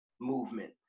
movement